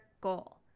goal